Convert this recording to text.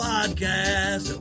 Podcast